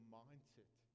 mindset